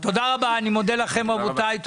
תודה רבה, אני מודה לכם רבותיי.